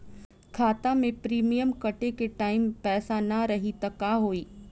खाता मे प्रीमियम कटे के टाइम पैसा ना रही त का होई?